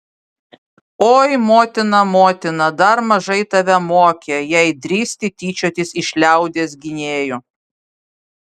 oi motina motina dar mažai tave mokė jei drįsti tyčiotis iš liaudies gynėjų